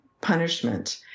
punishment